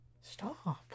Stop